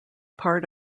part